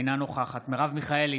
אינה נוכחת מרב מיכאלי,